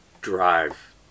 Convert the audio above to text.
drive